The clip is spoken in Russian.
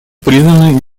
признаны